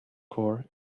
core